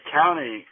county